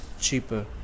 cheaper